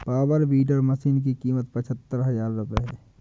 power weeder machine की कीमत पचहत्तर हजार रूपये है